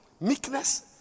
Meekness